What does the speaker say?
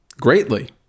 greatly